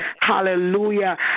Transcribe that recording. hallelujah